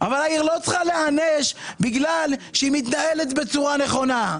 אבל העיר לא צריכה להיענש בגלל שהיא מתנהלת בצורה נכונה.